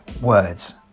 words